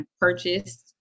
purchased